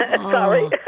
Sorry